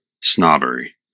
snobbery